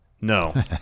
No